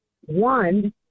One